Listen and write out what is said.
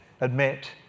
admit